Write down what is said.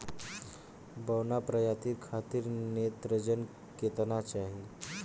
बौना प्रजाति खातिर नेत्रजन केतना चाही?